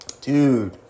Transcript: Dude